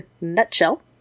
nutshell